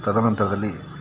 ತದನಂತರದಲ್ಲಿ